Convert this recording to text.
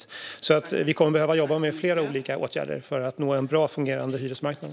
Vi kommer alltså att behöva jobba med flera olika åtgärder för att nå en bra och fungerande hyresmarknad.